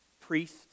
priest